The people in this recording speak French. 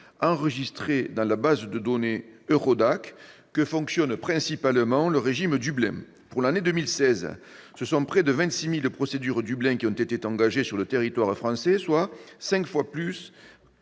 enregistrées dans la base de données EURODAC, que fonctionne principalement le régime Dublin. Pour l'année 2016, ce sont près de 26 000 procédures Dublin qui ont été engagées sur le territoire français, soit cinq fois plus